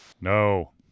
No